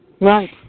Right